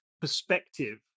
perspective